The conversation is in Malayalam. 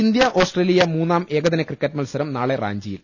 ഇന്ത്യ ഓസ്ട്രേലിയ മൂന്നാം ഏകദിന ക്രിക്കറ്റ് മത്സരം നാളെ റാഞ്ചിയിൽ